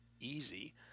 easy